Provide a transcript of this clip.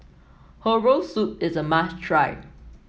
Herbal Soup is a must try